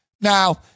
Now